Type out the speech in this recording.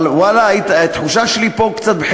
אבל התחושה שלי פה קצת,